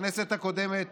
בכנסת הקודמת